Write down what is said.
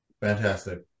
Fantastic